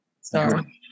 Sorry